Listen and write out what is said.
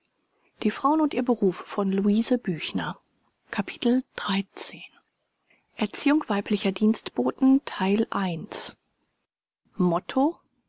erziehung weiblicher dienstboten motto